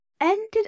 ended